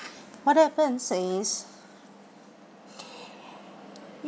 what happened so it's